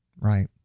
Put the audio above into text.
right